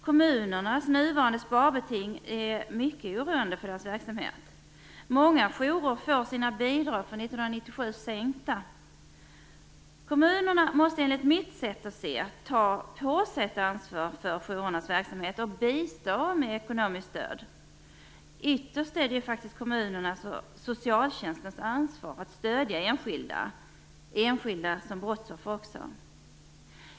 Kommunernas nuvarande sparbeting är mycket oroande. Många jourer får sina bidrag för 1997 sänkta. Kommunerna måste enligt mitt sätt att se ta på sig ett ansvar för jourernas verksamhet och bistå med ekonomiskt stöd. Ytterst är det faktiskt kommunernas och socialtjänstens ansvar att stödja enskilda, också som brottsoffer.